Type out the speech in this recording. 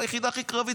ביחידה הכי קרבית,